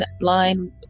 line